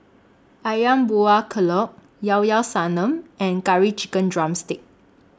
Ayam Buah Keluak Ilao Ilao Sanum and Curry Chicken Drumstick